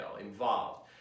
involved